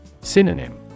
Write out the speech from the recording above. Synonym